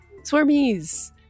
Swarmies